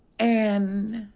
and.